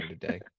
today